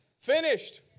finished